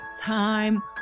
time